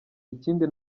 ikindi